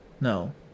No